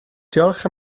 diolch